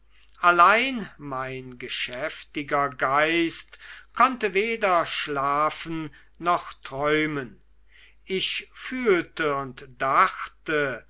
allein mein geschäftiger geist konnte weder schlafen noch träumen ich fühlte und dachte